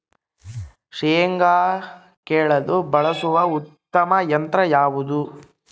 ಶೇಂಗಾ ಕೇಳಲು ಬಳಸುವ ಉತ್ತಮ ಯಂತ್ರ ಯಾವುದು?